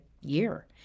year